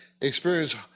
experience